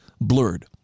blurred